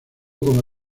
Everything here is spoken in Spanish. como